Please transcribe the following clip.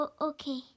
Okay